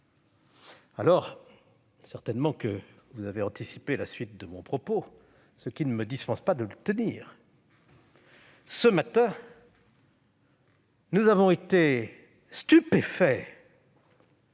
avez certainement anticipé la suite de mon propos, ce qui ne me dispense pas de le tenir. Ce matin, nous avons été stupéfaits